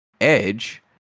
Edge